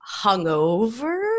hungover